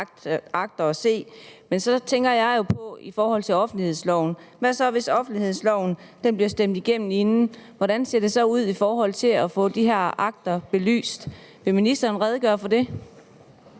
akter at se, men så tænker jeg jo på i forhold til offentlighedsloven: Hvad så, hvis offentlighedsloven bliver stemt igennem inden? Hvordan ser det så ud i forhold til at få de her akter belyst? Vil ministeren redegøre for det?